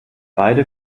beide